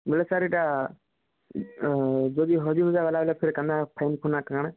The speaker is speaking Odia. ବେଲେ ସାର୍ ଇ'ଟା ଆ ଯଦି ହଜିହୁଜା ଗଲା ବେଲେ କା'ଣା ଫାଇନ୍ଫୁନା କା'ଣା